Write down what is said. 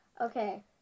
Okay